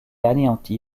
anéanti